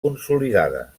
consolidada